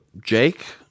Jake